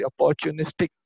opportunistic